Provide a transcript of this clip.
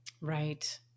Right